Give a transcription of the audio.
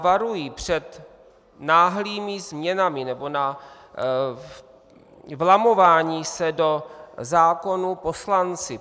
Varuji před náhlými změnami nebo vlamováním se do zákonů poslanci.